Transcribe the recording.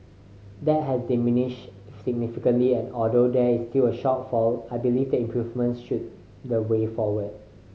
that has diminished significantly and although there is still a shortfall I believe the improvements should the way forward